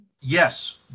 Yes